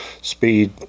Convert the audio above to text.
speed